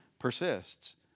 persists